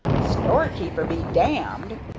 store-keeper be danged!